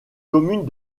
communes